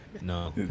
no